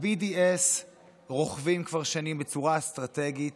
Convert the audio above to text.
ה-BDS רוכבים כבר שנים בצורה אסטרטגית